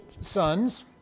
sons